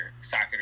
soccer